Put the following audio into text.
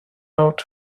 out